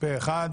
התשפ"ב-2022,